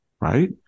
right